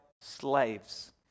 slaves